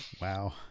wow